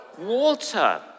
water